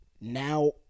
Now